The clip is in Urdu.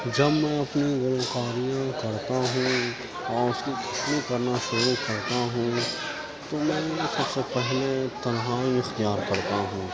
جب میں اپنی گلوکاریاں کرتا ہوں اور اس کی تشریح کرنا شروع کرتا ہوں تو میں سب سے پہلے تنہائی اختیار کرتا ہوں